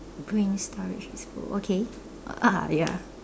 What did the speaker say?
brain storage is full okay uh ah ya